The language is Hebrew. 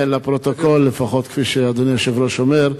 כן, לפרוטוקול לפחות, כפי שאדוני היושב-ראש אומר.